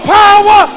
power